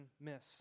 miss